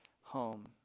home